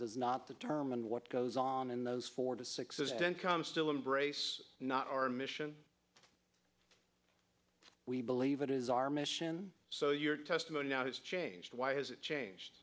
does not determine what goes on in those four to six is still embrace not our mission we believe it is our mission so your testimony now has changed why is it changed